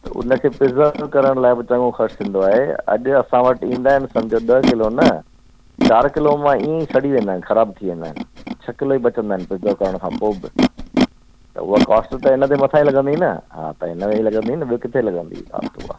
त उनखे प्रिजर्व करण लाइ ब चङो ख़र्चु थींदो आहे अॼु असां वटि ईंदा आहिनि सम्झो ॾह किलो न चारि किलो उनमां ईंअई सड़ी वेंदा आहिनि ख़राबु थी वेंदा आहिनि छह किलो ई बचंदा आहिनि प्रिजर्व करण खां पोइ बि त हूअ कॉस्ट त इनजे मथां ई लॻंदी न हा त इनमें ई लॻंदी न ॿियो किथे लॻंदी कॉस्ट उहा